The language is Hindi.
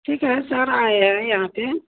ठीक है सर आए है यहाँ पर